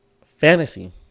fantasy